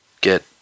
get